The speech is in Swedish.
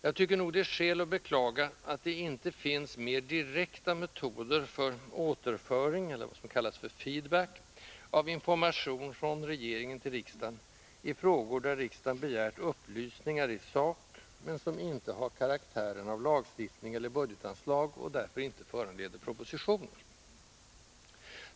Jag tycker nog att det är skäl att beklaga att det inte finns mer direkta metoder för återföring — eller feed-back, som det också kallas — av information från regeringen till riksdagen i frågor där riksdagen begärt upplysningar i sak, men som inte har karaktären av lagstiftning eller budgetanslag och därför inte föranleder propositioner.